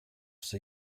the